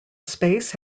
space